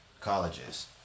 colleges